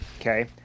Okay